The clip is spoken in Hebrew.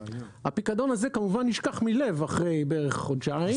הפיקדון הזה כמובן נשכח מלב אחרי איזה חודשיים -- אז